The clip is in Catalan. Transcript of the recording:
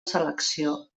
selecció